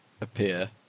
appear